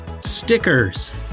stickers